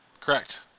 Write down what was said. Correct